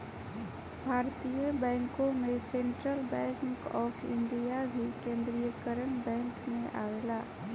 भारतीय बैंकों में सेंट्रल बैंक ऑफ इंडिया भी केन्द्रीकरण बैंक में आवेला